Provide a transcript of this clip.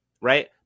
right